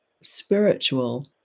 spiritual